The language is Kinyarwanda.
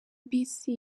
bisi